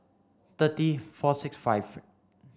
thirty four six five